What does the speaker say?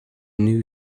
new